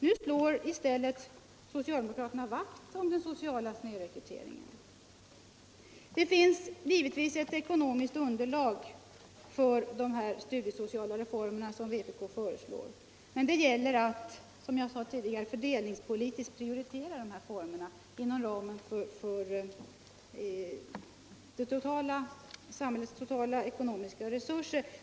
Nu slår socialdemokraterna i stället vakt om denna sociala snedrekrytering. Det finns givetvis ett ekonomiskt underlag för de studiesociala reformer som vpk föreslår, men som jag sade tidigare gäller det att fördelningspolitiskt prioritera de här reformerna inom ramen för samhällets totala ekonomiska resurser.